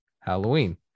Halloween